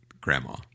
Grandma